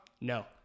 No